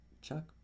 Chuck